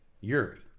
Yuri